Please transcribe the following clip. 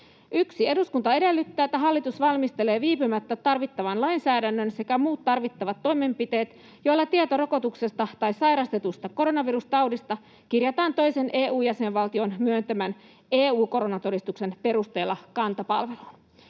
1: ”Eduskunta edellyttää, että hallitus valmistelee viipymättä tarvittavan lainsäädännön sekä muut tarvittavat toimenpiteet, joilla tieto rokotuksesta tai sairastetusta koronavirustaudista kirjataan toisen EU-jäsenvaltion myöntämän EU-koronatodistuksen perusteella Kanta-palveluun.”